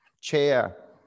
chair